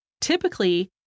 Typically